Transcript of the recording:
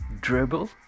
dribble